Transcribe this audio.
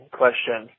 question